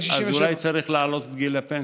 67. אז אולי צריך להעלות את גיל הפנסיה,